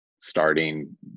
starting